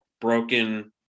broken